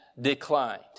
declined